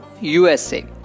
USA